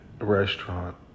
restaurant